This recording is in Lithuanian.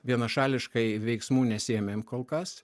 vienašališkai veiksmų nesiėmėm kol kas